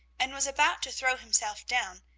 and was about to throw himself down,